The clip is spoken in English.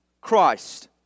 Christ